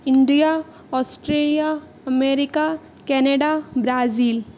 India Australia America Canada Brazil